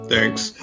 Thanks